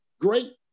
Great